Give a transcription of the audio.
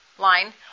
line